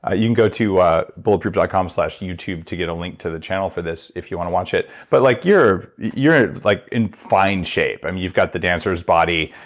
ah you can go to bulletproof dot com slash youtube to get a link to the channel for this, if you watch it. but like you're you're like in fine shape. um you've got the dancer's body.